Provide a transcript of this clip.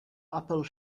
apple